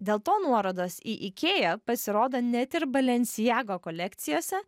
dėl to nuorodos į ikea pasirodo net ir balenciago kolekcijose